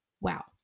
Wow